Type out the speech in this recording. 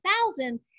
thousand